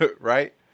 right